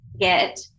get